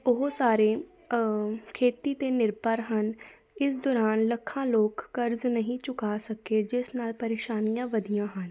ਉਹ ਸਾਰੇ ਖੇਤੀ 'ਤੇ ਨਿਰਭਰ ਹਨ ਇਸ ਦੌਰਾਨ ਲੱਖਾਂ ਲੋਕ ਕਰਜ਼ ਨਹੀਂ ਚੁਕਾ ਸਕੇ ਜਿਸ ਨਾਲ ਪਰੇਸ਼ਾਨੀਆਂ ਵਧੀਆਂ ਹਨ